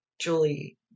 Julie